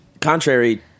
Contrary